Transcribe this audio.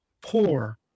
poor